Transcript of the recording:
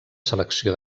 selecció